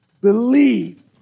believe